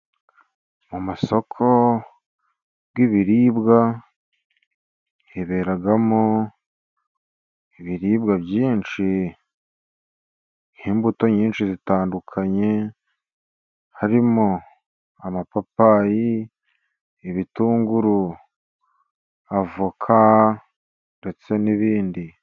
Mu masoko y'ibiribwa hiberamo ibiribwa byinshi, nk'imbuto nyinshi zitandukanye, harimo amapapayi, ibitunguru, avoka ndetse n'ibindi.